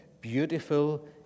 beautiful